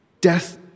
death